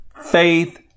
faith